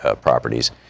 properties